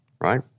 Right